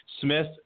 Smith